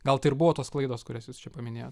gal tai ir buvo tos klaidos kurias jūs čia paminėjot